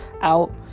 out